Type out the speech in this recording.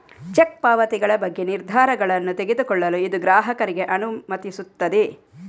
check ಪಾವತಿಗಳ ಬಗ್ಗೆ ನಿರ್ಧಾರಗಳನ್ನು ತೆಗೆದುಕೊಳ್ಳಲು ಇದು ಗ್ರಾಹಕರಿಗೆ ಅನುಮತಿಸುತ್ತದೆ